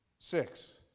six?